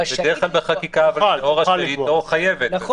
בדרך כלל בחקיקה זה או רשאית או חייבת.